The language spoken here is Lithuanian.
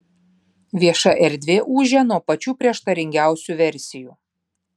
vieša erdvė ūžia nuo pačių prieštaringiausių versijų